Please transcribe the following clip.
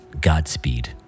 Godspeed